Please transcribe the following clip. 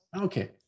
Okay